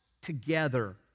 together